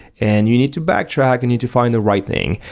and you need to backtrack and you to find the right thing.